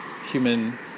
human